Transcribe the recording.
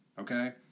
Okay